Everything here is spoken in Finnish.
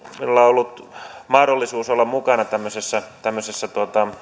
minulla on ollut mahdollisuus olla mukana tämmöisessä tämmöisessä